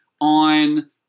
on